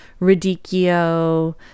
radicchio